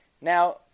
Now